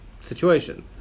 situation